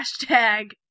Hashtag